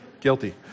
Guilty